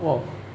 !wow!